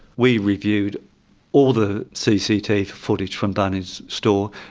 we reviewed all the cctv footage from bunnings store,